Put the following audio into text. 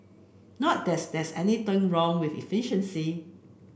not that's there's anything wrong with efficiency